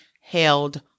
held